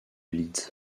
leeds